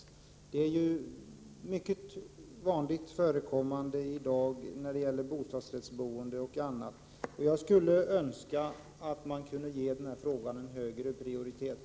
Sådana här problem är mycket vanligt förekommande vid bostadsrättsboende och i andra sammanhang, och jag skulle därför önska att regeringen kunde ge denna fråga en högre prioritet.